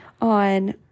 on